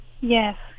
yes